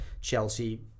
Chelsea